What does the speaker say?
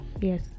yes